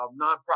Nonprofit